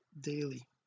daily